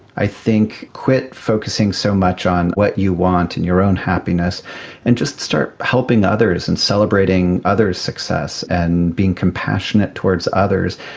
i think quit focusing so much on what you want in your own happiness and just start helping others and celebrating others' success and being compassionate towards others,